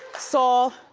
saul,